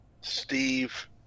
Steve